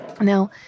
Now